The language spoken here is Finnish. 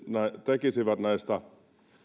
tekisivät näistä